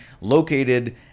located